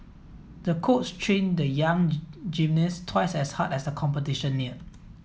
the coach trained the young gymnast twice as hard as the competition neared